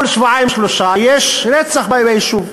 למשל, כל שבועיים-שלושה יש רצח ביישוב.